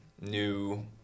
new